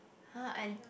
!huh! I